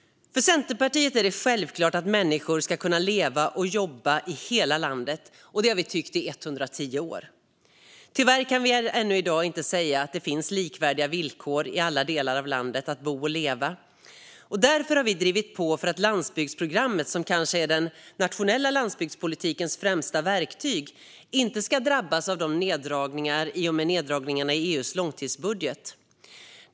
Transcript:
För Centerpartiet är det självklart att människor ska kunna leva och jobba i hela landet, och det har vi tyckt i 110 år. Tyvärr kan vi ännu i dag inte säga att det finns likvärdiga villkor vad gäller att bo och leva i alla delar av landet. Därför har vi drivit på för att landsbygdsprogrammet, som kanske är den nationella landsbygdspolitikens främsta verktyg, inte ska drabbas av neddragningar i och med neddragningarna i EU:s långtidsbudget.